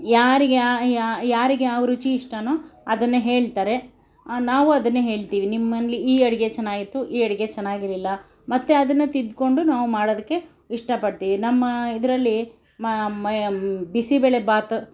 ಯಾರಿಗೆ ಯಾರಿಗೆ ಯಾವ ರುಚಿ ಇಷ್ಟವೋ ಅದನ್ನು ಹೇಳ್ತಾರೆ ನಾವು ಅದನ್ನೆ ಹೇಳ್ತೀವಿ ನಿಮ್ಮಲ್ಲಿ ಈ ಅಡುಗೆ ಚೆನ್ನಾಗಿತ್ತು ಈ ಅಡುಗೆ ಚೆನ್ನಾಗಿರಲಿಲ್ಲ ಮತ್ತೆ ಅದನ್ನು ತಿದ್ಕೊಂಡು ನಾವು ಮಾಡೋದಕ್ಕೆ ಇಷ್ಟಪಡ್ತೀವಿ ನಮ್ಮ ಇದರಲ್ಲಿ ಮೈ ಬಿಸಿ ಬೇಳೆಬಾತ್